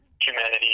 humanity